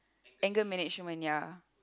anger management ya